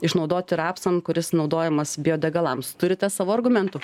išnaudoti rapsam kuris naudojamas biodegalams turite savų argumentų